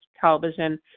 television